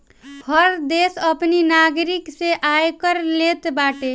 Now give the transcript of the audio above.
हर देस अपनी नागरिक से आयकर लेत बाटे